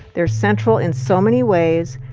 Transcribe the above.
they're central in so many ways.